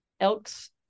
Elks